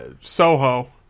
Soho